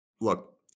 Look